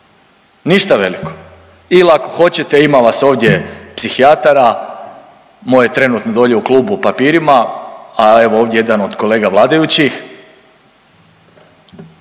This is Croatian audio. ništa veliko il ako hoćete ima vas ovdje psihijatara, moj je trenutno dolje u klubu u papirima, a evo ovdje je jedan od kolega vladajućih.